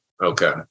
Okay